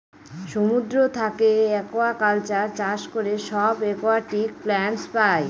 সমুদ্র থাকে একুয়াকালচার চাষ করে সব একুয়াটিক প্লান্টস পাই